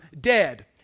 dead